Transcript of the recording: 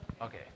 Okay